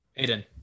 Aiden